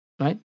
right